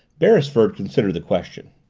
beresford considered the question.